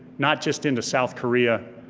not just into south korea,